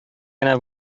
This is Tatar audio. генә